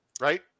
Right